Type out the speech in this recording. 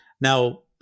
Now